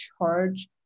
charge